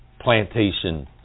plantation